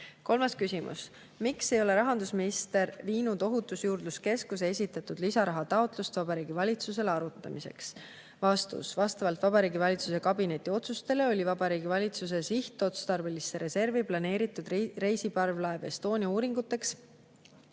Kolmas küsimus: "Miks ei ole rahandusminister viinud Ohutusjuurdluse Keskuse esitatud lisaraha taotlust Vabariigi Valitsusele arutamiseks?" Vastus. Vastavalt Vabariigi Valitsuse kabineti otsustele oli Vabariigi Valitsuse sihtotstarbelisse reservi planeeritud reisiparvlaev Estonia uuringuteks